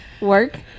work